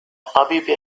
الطبيب